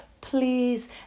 please